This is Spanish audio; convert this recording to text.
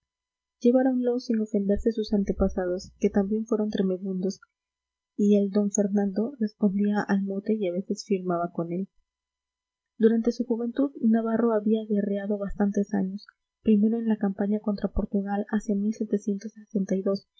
lleváronlo sin ofenderse sus antepasados que también fueron tremebundos y el d fernando respondía al mote y a veces firmaba con él durante su juventud navarro había guerreado bastantes años primero en la campaña contra portugal hacia después en